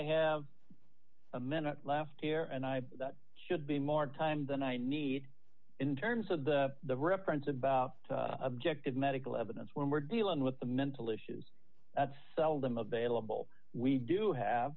have a minute left here and i should be more time than i need in terms of the reference about objective medical evidence when we're dealing with the mental issues that's seldom available we do have